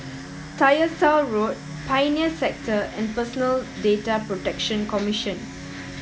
Tyersall Road Pioneer Sector and Personal Data Protection Commission